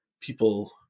people